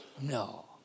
No